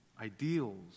ideals